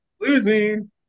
Losing